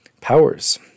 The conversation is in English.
powers